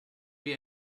wir